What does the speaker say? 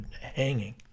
hanging